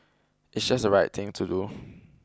it's just the right thing to do